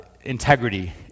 integrity